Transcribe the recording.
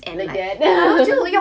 like that